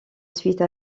suite